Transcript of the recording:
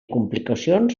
complicacions